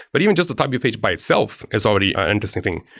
but even just the top view page by itself is already an interesting thing.